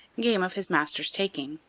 game of his master's taking.